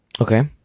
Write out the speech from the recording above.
Okay